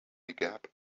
gap